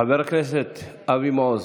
חבר הכנסת אבי מעוז,